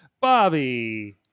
Bobby